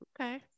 Okay